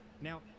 Now